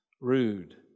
Rude